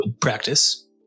Practice